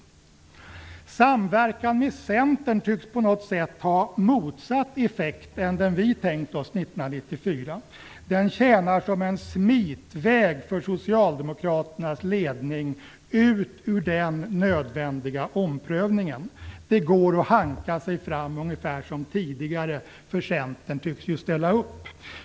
Samverkan med Centern tycks på något sätt ha motsatt effekt än den vi tänkt oss 1994. Den tjänar som en smitväg för socialdemokraternas ledning, ut ur den nödvändiga omprövningen. Det går att hanka sig fram ungefär som tidigare, för Centern tycks ju ställa upp.